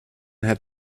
had